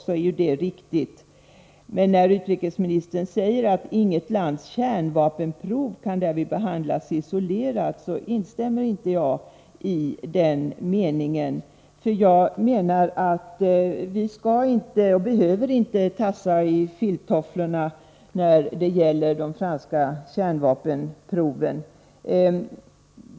När han däremot säger att inget lands kärnvapenprov kan därvid behandlas isolerat, så instämmer jag inte i det. Jag anser nämligen att vi varken behöver eller skall tassa i filttofflorna vad gäller de franska kärnvapenproven.